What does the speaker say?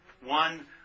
One